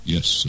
Yes